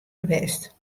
west